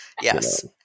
yes